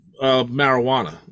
marijuana